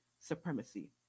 supremacy